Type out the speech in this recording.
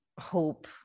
hope